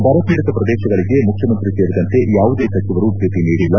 ಬರಪೀಡಿತ ಪ್ರದೇಶಗಳಿಗೆ ಮುಖ್ಯಮಂತ್ರಿ ಸೇರಿದಂತೆ ಯಾವುದೇ ಸಚಿವರು ಭೇಟಿ ನೀಡಿಲ್ಲ